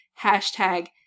hashtag